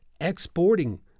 exporting